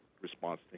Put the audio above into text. response